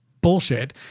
bullshit